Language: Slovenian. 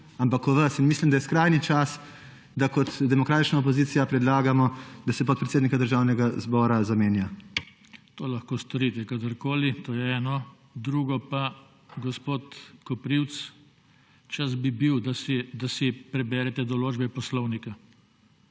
ampak o vas in mislim, da je skrajni čas, da kot demokratična opozicija predlagamo, da se podpredsednika Državnega zbora zamenja. **PODPREDSEDNIK JOŽE TANKO:** To lahko storite kadarkoli. To je eno. Drugo pa, gospod Koprivc, čas bi bil, da si preberete določbe poslovnika.